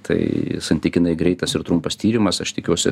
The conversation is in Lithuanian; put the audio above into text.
tai santykinai greitas ir trumpas tyrimas aš tikiuosi